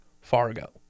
Fargo